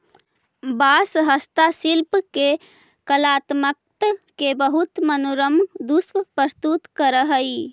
बाँस हस्तशिल्पि के कलात्मकत के बहुत मनोरम दृश्य प्रस्तुत करऽ हई